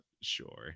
Sure